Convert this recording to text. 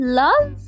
love